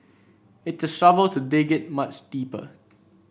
it's a shovel to dig it much deeper